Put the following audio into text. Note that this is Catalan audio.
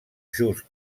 just